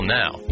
now